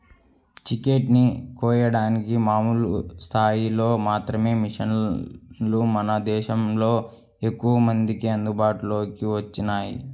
chicken ని కోయడానికి మామూలు స్థాయిలో మాత్రమే మిషన్లు మన దేశంలో ఎక్కువమందికి అందుబాటులోకి వచ్చినియ్యి